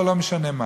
או לא משנה מה.